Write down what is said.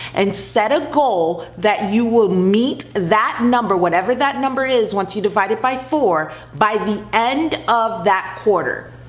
and set a goal that you will meet that number, whatever that number is once you divide it by four by the end of that quarter,